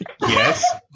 Yes